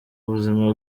buzima